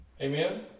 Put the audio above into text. Amen